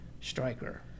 striker